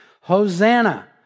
Hosanna